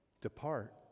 depart